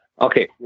Okay